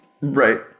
Right